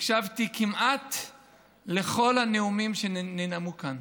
הקשבתי כמעט לכל הנאומים שננאמו כאן.